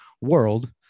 world